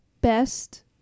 best